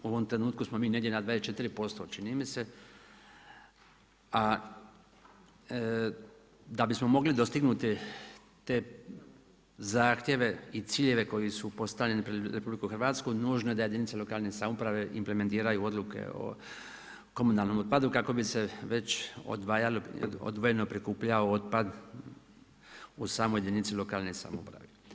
U ovom trenutku smo mi negdje na 24%, čini mi se, a da bi smo mogli dostignuti te zahtjeve i ciljeve koji su postavljeni pred RH, nužno je da jedinice lokalne samouprave implementiraju odluke o komunalnom otpadu kako bi se već odvojeno prikupljao otpad u samoj jedinici lokalne samouprave.